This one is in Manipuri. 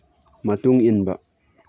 ꯃꯇꯨꯡ ꯏꯟꯕ